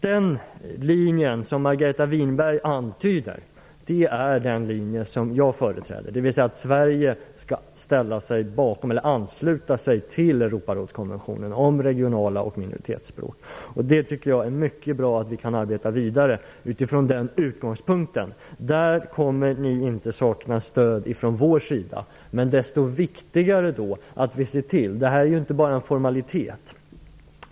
Den linje som Margareta Winberg antyder är den linje som jag företräder, dvs. att Sverige skall ansluta sig till Europarådskonventionen om regionala språk och minoritetsspråk. Jag tycker att det är mycket bra att vi kan arbeta vidare från den utgångspunkten. Där kommer regeringen inte att sakna stöd från vår sida.